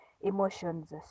emotions